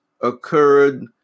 occurred